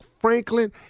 Franklin